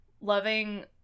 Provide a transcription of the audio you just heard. loving